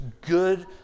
good